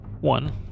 One